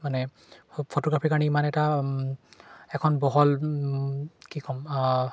মানে ফটোগ্ৰাফীৰ কাৰণে ইমান এটা এখন বহল কি ক'ম